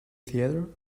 theater